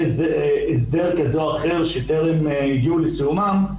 הסדר כזה או אחר שטרם הגיעו לסיומם,